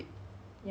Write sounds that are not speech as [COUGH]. [NOISE]